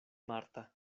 marta